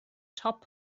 top